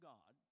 God